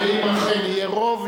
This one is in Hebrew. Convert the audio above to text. ואם אכן יהיה רוב,